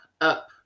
up